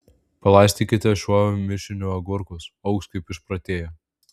palaistykite šiuo mišiniu agurkus augs kaip išprotėję